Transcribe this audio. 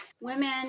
women